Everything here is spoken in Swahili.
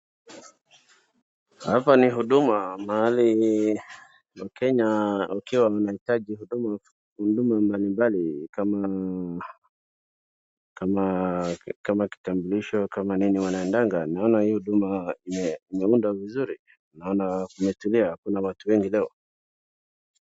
Hapa ni huduma, mahali wakenya wanahitaji huduma mbalimbali kama kitambulisho kama nini wanaendanga. Naona hii huduma imeundwa vizuri, naona kumetulia hakuna watu wengi leo.